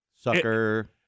Sucker